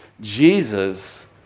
Jesus